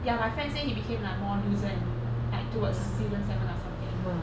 ya my friend say he became like more reason like towards season seven or something